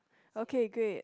okay great